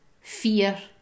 fear